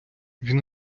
він